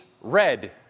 red